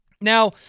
Now